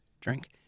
drink